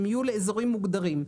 הם יהיו לאזורים מוגדרים.